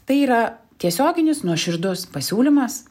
tai yra tiesioginis nuoširdus pasiūlymas